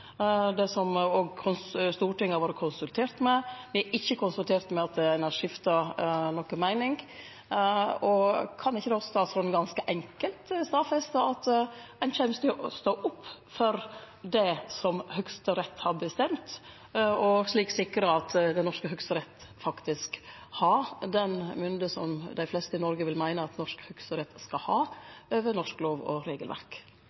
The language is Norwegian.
det som også Stortinget har vore konsultert om? Me er ikkje konsulterte om at ein har skifta noka meining. Kan ikkje statsråden då ganske enkelt stadfeste at ein kjem til å stå opp for det som Høgsterett har bestemt, og slik sikre at norsk Høgsterett faktisk har den mynda som dei fleste i Noreg vil meine at norsk Høgsterett skal ha over norsk lov og regelverk?